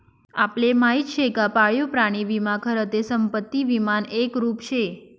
आपले माहिती शे का पाळीव प्राणी विमा खरं ते संपत्ती विमानं एक रुप शे